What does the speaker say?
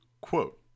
Quote